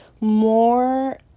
more